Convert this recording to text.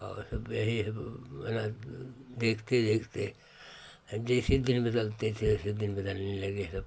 और सब यही अब मना देखते देखते जैसे दिन बदलते थे वैसे दिन बदलने लगे सब और